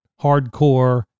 hardcore